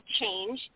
change